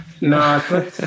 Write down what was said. no